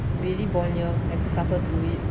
we already born here have to suffer through it